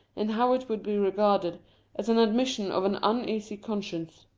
and how it would be regarded as an admission of an uneasy conscience.